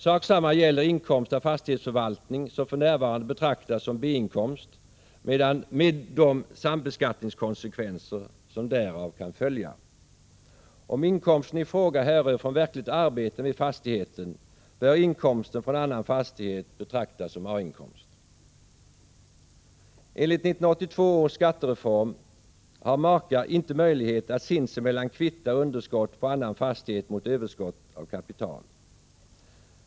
Samma sak gäller inkomst av fastighetsförvaltning som för närvarande betraktas som B-inkomst med de sambeskattningskonsekvenser som därav kan följa. Om inkomsten i fråga härrör från verkligt arbete med fastigheten bör inkomsten från annan fastighet betraktas som A-inkomst. Enligt 1982 års skattereform har makar inte möjlighet att sinsemellan kvitta underskott på annan fastighet mot överskott av kapital.